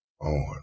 on